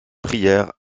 prière